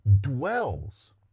dwells